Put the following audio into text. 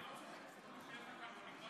אדוני, אני לא צוחק.